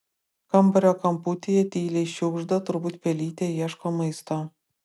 kambario kamputyje tyliai šiugžda turbūt pelytė ieško maisto